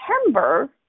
September